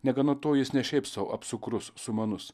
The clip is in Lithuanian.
negana to jis ne šiaip sau apsukrus sumanus